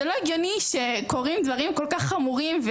זה לא הגיוני שקורים דברים כל כך חמורים,